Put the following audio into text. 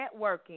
networking